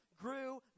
grew